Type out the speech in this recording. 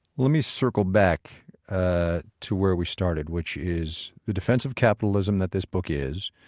let me circle back to where we started, which is the defense of capitalism that this book is,